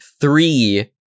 three